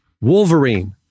Wolverine